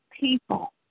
people